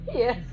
yes